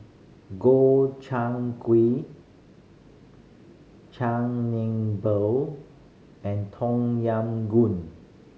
Gobchang Gui Chigenabe and Tom Yam Goong